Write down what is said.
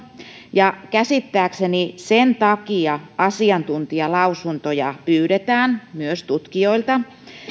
ja käsittääkseni sen takia asiantuntijalausuntoja myös pyydetään tutkijoilta